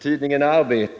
för en kontroll.